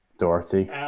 Dorothy